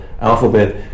alphabet